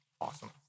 Awesome